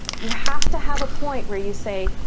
you have to have a point where you say,